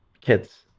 kids